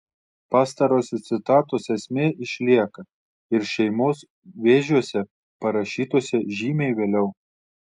pastarosios citatos esmė išlieka ir šeimos vėžiuose parašytuose žymiai vėliau